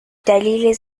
دلیل